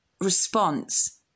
response